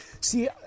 see